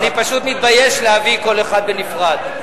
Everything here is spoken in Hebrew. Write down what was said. אני פשוט מתבייש להביא כל אחד בנפרד.